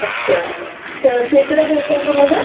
अच्छा त केतिरा पैसा हुनजा